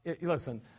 listen